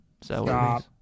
Stop